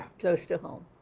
close to home,